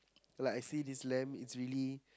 like I see this lamb it's really